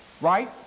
right